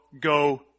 go